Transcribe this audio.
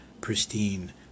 pristine